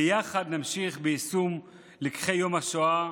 ביחד נמשיך ביישום לקחי יום השואה,